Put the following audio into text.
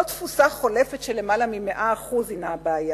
לא תפוסה חולפת של למעלה מ-100% הינה הבעיה.